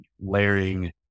layering